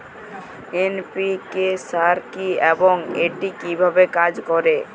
NPK সার কি এবং এটি কিভাবে কাজ করে?